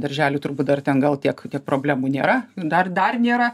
daržely turbūt dar ten gal tiek tiek problemų nėra dar dar nėra